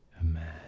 Imagine